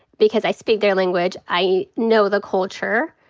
because i speak their language, i know the culture.